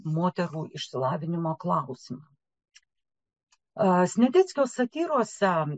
moterų išsilavinimo klausimą sniadeckio satyrose